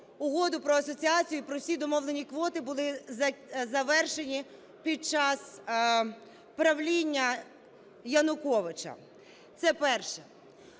Угоду про асоціацію, про всі домовлені квоти були завершені під час правління Януковича. Це перше.